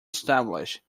established